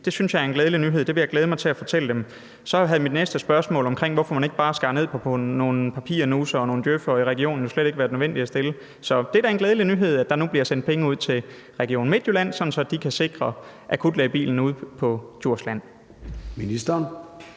Det synes jeg er en glædelig nyhed. Det vil jeg glæde mig til at fortælle dem. Så vil mit næste spørgsmål om, hvorfor man ikke bare skar ned på nogle papirnussere og nogle djøf'er i regionen, jo slet ikke være nødvendigt at stille. Så det er da en glædelig nyhed, at der nu bliver sendt penge ud til Region Midtjylland, sådan at de kan sikre akutlægebilen ude på Djursland.